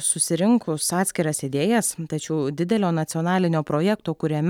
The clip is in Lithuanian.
susirinkus atskiras idėjas tačiau didelio nacionalinio projekto kuriame